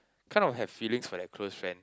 kind of have feelings for that close friend